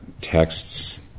texts